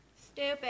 Stupid